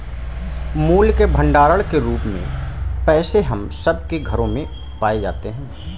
मूल्य के भंडार के रूप में पैसे हम सब के घरों में पाए जाते हैं